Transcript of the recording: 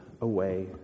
away